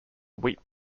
wheat